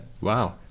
wow